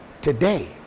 today